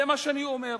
זה מה שאני אומר,